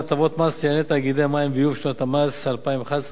לעניין תאגידי מים וביוב בשנות המס 2011 2015),